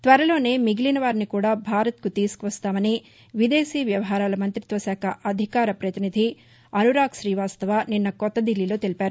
త్వరలోనే మిగిలిన వారిని కూడా భారత్కు తీసుకువస్తామని విదేశీ వ్యవహారాల మంత్రిత్వ శాఖ అధికార ప్రతినిధి అనురాగ్ శ్రీ వాస్తవ నిన్న కొత్త దిల్లీలో తెలిపారు